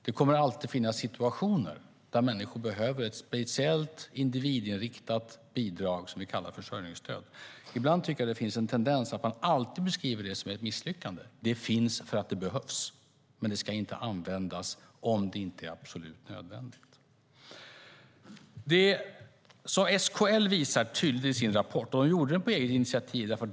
Det kommer alltid att finnas situationer där människor behöver ett speciellt, individinriktat bidrag som vi kallar försörjningsstöd. Ibland tycker jag att det finns en tendens att man alltid beskriver det som ett misslyckande. Det finns för att det behövs, men det ska inte användas om det inte är absolut nödvändigt. Det är det som SKL visar tydligt i sin rapport. De gjorde den på eget initiativ.